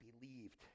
believed